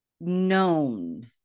known